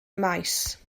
maes